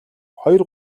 хоёр